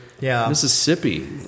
Mississippi